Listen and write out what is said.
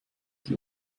die